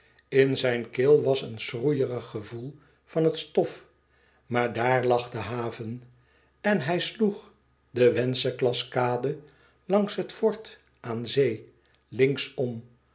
in zijn keel was een schroeïerig gevoel van het stof maar daar lag de haven en hij sloeg de wenceslaskade langs het fort aan zee links om